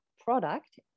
product